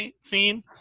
scene